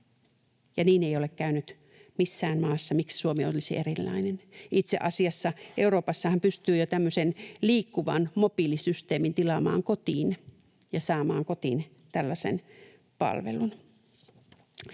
niin ei ole käynyt missään maassa. Miksi Suomi olisi erilainen? Itse asiassa Euroopassahan pystyy jo tämmöisen liikkuvan mobiilisysteemin tilaamaan kotiin ja saamaan kotiin tällaisen palvelun.